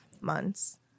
months